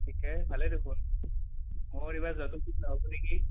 ঠিকেই ভালেই দেখোন মোৰ এইবাৰ যোৱাটো ঠিক নহ'ব নেকি